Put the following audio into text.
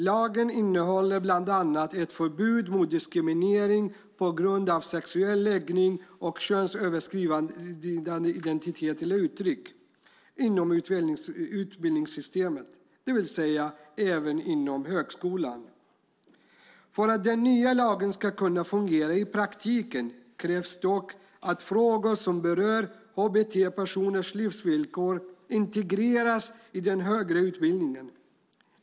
Lagen innehåller bland annat ett förbud mot diskriminering på grund av sexuell läggning, könsöverskridande identitet eller uttryck inom utbildningssystemet, det vill säga även inom högskolan. För att den nya lagen ska fungera i praktiken krävs dock att frågor som berör hbt-personers livsvillkor integreras i den högre utbildningen.